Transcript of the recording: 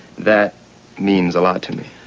that means a lot to me.